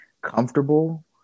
comfortable